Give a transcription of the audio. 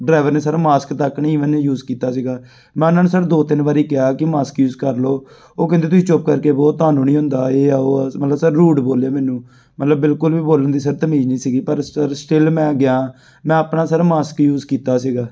driver ਨੇ sir mask ਤੱਕ ਨਹੀਂ ਈਵਨ ਯੂਜ਼ ਕੀਤਾ ਸੀਗਾ ਮੈਂ ਓਹਨਾਂ ਨੂੰ ਸਰ ਦੋ ਤਿੰਨ ਵਾਰੀ ਕਿਹਾ ਕਿ ਮਾਸਕ ਯੂਜ਼ ਕਰ ਲਉ ਓਹ ਕਹਿੰਦੇ ਤੁਸੀਂ ਚੁੱਪ ਕਰਕੇ ਬਹੋ ਤੁਹਾਨੂੰ ਨਹੀਂ ਹੁੰਦਾ ਯੇ ਹੈ ਵੋ ਹੈ ਮਤਲਬ ਸਰ ਰੂਡ ਬੋਲੇ ਮੈਨੂੰ ਮਤਲਬ ਬਿਲਕੁਲ ਵੀ ਬੋਲਣ ਦੀ ਸਰ ਤਮੀਜ ਨਹੀਂ ਸੀਗੀ ਪਰ ਸਰ ਸਟਿੱਲ ਮੈਂ ਗਿਆ ਮੈਂ ਆਪਣਾ ਸਰ ਮਾਸਕ ਯੂਜ਼ ਕੀਤਾ ਸੀਗਾ